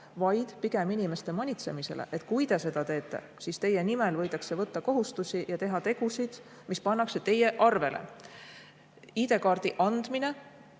oli tegu inimeste manitsemisega, et kui te seda teete, siis teie nimel võidakse võtta kohustusi ja teha tegusid, mis pannakse teie arvele. ID-kaardi äraandmine